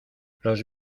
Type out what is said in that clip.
los